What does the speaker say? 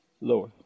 Lower